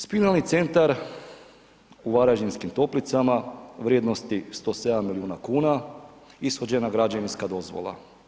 Spinalni centar u Varaždinskim Toplicama vrijednosti 107 milijuna kuna, ishođena građevinska dozvola.